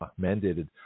mandated